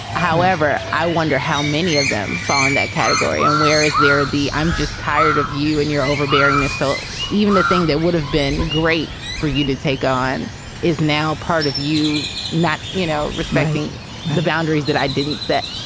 however, i wonder how many of them bond that category and where is there the. i'm just tired of you and your overbearing ness. so even the thing that would have been great for you to take on is now part of you not, you know, respecting the boundaries that i didn't set